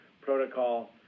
protocol